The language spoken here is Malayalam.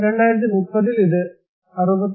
2030 ൽ ഇത് 61